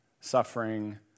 suffering